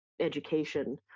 education